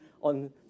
on